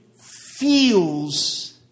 feels